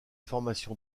formation